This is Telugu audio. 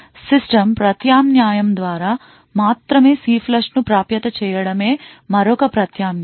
సిస్టమ్ ప్రత్యామ్నాయం ద్వారా మాత్రమే CLFLUSH ను ప్రాప్యత చేయడమే మరొక ప్రత్యామ్నాయం